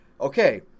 Okay